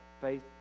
faith